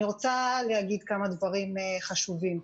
אני רוצה לומר כמה דברים חשובים.